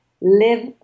live